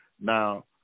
now